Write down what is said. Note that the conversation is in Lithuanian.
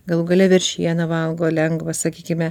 galų gale veršieną valgo lengva sakykime